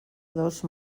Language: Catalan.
dos